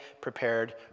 prepared